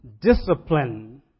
discipline